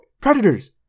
Predators